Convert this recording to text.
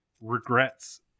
regrets